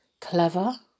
clever